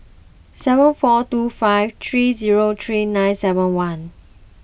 seven four two five three zero three nine seven one